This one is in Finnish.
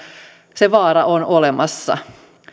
se vaara on olemassa